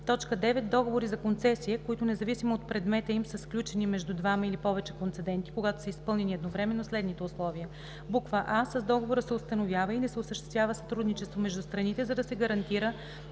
лице. 9. Договори за концесия, които, независимо от предмета им, са сключени между двама или повече концеденти, когато са изпълнени едновременно следните условия: а) с договора се установява или се осъществява сътрудничество между страните, за да се гарантира,